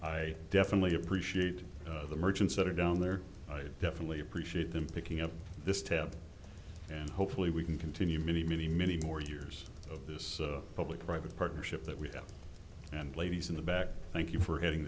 i definitely appreciate the merchants that are down there i definitely appreciate them picking up this tale and hopefully we can continue many many many more years of this public private partnership that we've got and ladies in the back thank you for getting